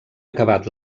acabat